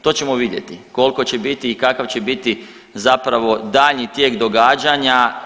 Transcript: To ćemo vidjeti koliko će biti i kakav će biti zapravo daljnji tijek događanja.